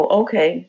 okay